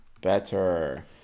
better